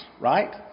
Right